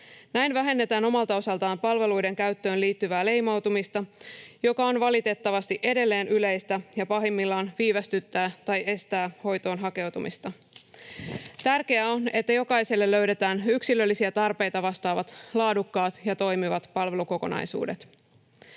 Näin vähennetään omalta osaltaan palveluiden käyttöön liittyvää leimautumista, joka on valitettavasti edelleen yleistä, ja pahimmillaan viivästyttää tai estää hoitoon hakeutumista. Tärkeää on, että jokaiselle löydetään yksilöllisiä tarpeita vastaavat laadukkaat ja toimivat palvelukokonaisuudet.